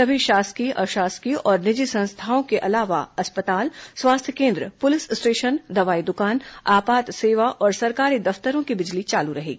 सभी शासकीय अशासकीय और निजी संस्थाओं के अलावा अस्पताल स्वास्थ्य केन्द्र पुलिस स्टेशन दवाई द्रकान आपात सेवा और सरकारी दफ्तरों की बिजली चालू रहेगी